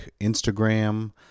Instagram